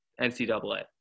NCAA